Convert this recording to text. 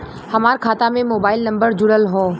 हमार खाता में मोबाइल नम्बर जुड़ल हो?